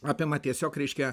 apima tiesiog reiškia